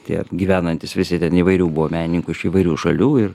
tie gyvenantys visi ten įvairių buvo menininkų iš įvairių šalių ir